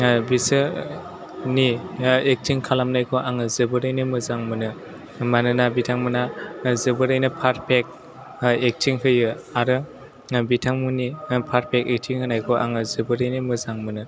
बिसोरनि एकथिं खालामनायखौ आङो जोबोरैनो मोजां मोनो मानोना बिथांमोना जोबोरैनो पारफेक्ट एखथिं होयो आरो बिथांमोननि पारफेक्ट एखथिं होनायखौ आङो जोबोरैनो मोजां मोनो